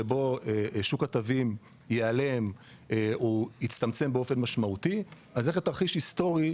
שבו שוק התווים ייעלם או יצטמצם באופן משמעותי נלך לתרחיש היסטורי,